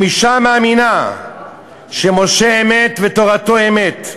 אם אישה מאמינה שמשה אמת ותורתו אמת,